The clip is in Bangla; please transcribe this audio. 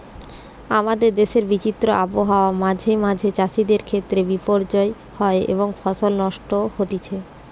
আমাদের দেশের বিচিত্র আবহাওয়া মাঁঝে মাঝে চাষিদের ক্ষেত্রে বিপর্যয় হয় এবং ফসল নষ্ট হতিছে